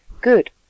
Good